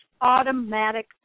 automatic